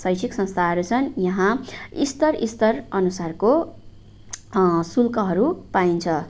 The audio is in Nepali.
शैक्षिक संस्थाहरू छन् यहाँ स्तर स्तर अनुसारको शुल्कहरू पाइन्छ